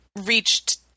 reached